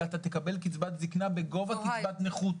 אלא אתה תקבל קצבת זקנה בגובה קצבת נכות.